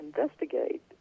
investigate